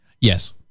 Yes